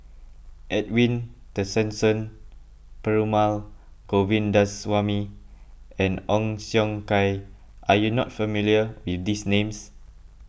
Edwin Tessensohn Perumal Govindaswamy and Ong Siong Kai are you not familiar with these names